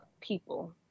people